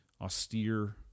austere